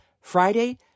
Friday